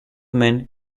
men